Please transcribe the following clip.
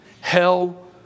Hell